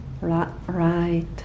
right